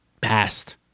past